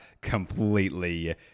completely